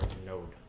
node?